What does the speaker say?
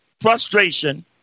frustration